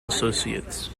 associates